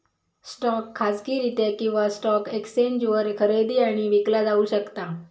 stock खाजगीरित्या किंवा stock एक्सचेंजवर खरेदी आणि विकला जाऊ शकता